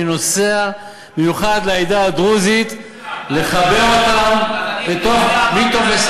אני נוסע במיוחד לעדה הדרוזית לחבר אותם בטופס,